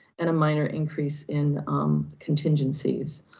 and a minor increase in um contingencies.